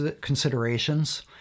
considerations